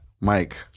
Mike